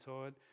tired